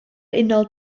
unol